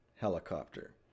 helicopter